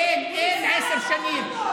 אין, אין עשר שנים.